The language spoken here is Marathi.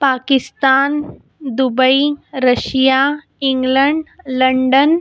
Pakistan Dubai Russia England London